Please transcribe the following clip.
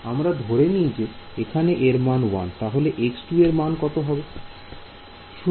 আমরা ধরে নিই যে এইখানে এর মান 1 তাহলে তে তার মান কত হবে